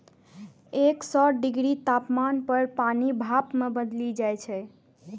एक सय डिग्री तापमान पर पानि भाप मे बदलि जाइ छै